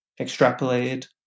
extrapolated